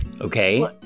okay